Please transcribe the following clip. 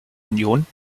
union